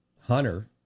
Hunter